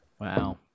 Wow